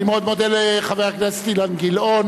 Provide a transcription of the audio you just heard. אני מאוד מודה לחבר הכנסת אילן גילאון,